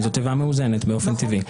זו תיבה מאוזנת באופן טבעי.